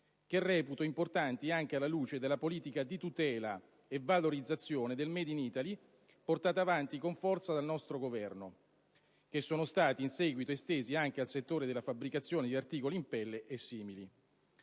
che reputo importanti anche alla luce della politica di tutela e valorizzazione del *made in Italy*, portata avanti con forza dal nostro Governo; interventi che sono stati in seguito estesi anche al settore della fabbricazione di articoli in pelle e simili.